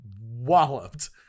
walloped